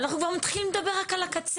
אנחנו כבר מתחילים לדבר רק על הקצה.